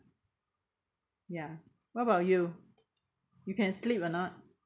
ya what about you you can sleep or not